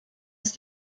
ist